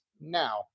now